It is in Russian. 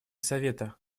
совета